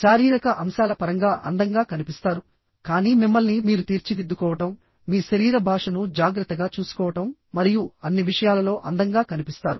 శారీరక అంశాల పరంగా అందంగా కనిపిస్తారు కానీ మిమ్మల్ని మీరు తీర్చిదిద్దుకోవడంమీ శరీర భాషను జాగ్రత్తగా చూసుకోవడం మరియు అన్ని విషయాలలో అందంగా కనిపిస్తారు